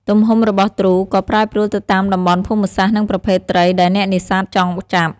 ទំហំរបស់ទ្រូក៏ប្រែប្រួលទៅតាមតំបន់ភូមិសាស្ត្រនិងប្រភេទត្រីដែលអ្នកនេសាទចង់ចាប់។